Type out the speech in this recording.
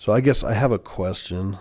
so i guess i have a question